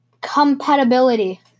Compatibility